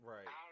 Right